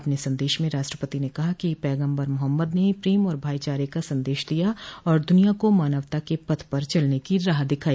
अपने संदेश में राष्ट्रपति ने कहा कि पैगम्बर मोहम्मद ने प्रेम और भाईचारे का संदेश दिया और दुनिया को मानवता के पथ पर चलने की राह दिखाई